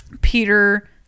Peter